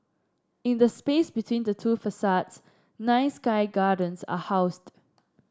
in the space between the two facades nine sky gardens are housed